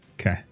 Okay